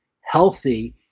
healthy